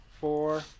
four